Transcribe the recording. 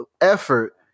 effort